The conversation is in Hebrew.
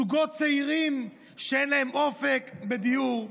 זוגות צעירים שאין להם אופק בדיור,